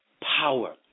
power